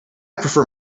prefer